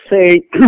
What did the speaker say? say